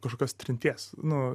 kažkokios trinties nu